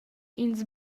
ins